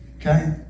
okay